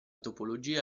topologia